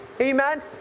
Amen